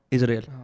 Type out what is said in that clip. Israel